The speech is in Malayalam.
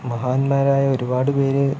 മഹാന്മാരായ ഒരുപാടുപേര്